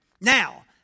Now